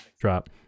drop